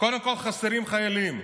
קודם כול, חסרים חיילים.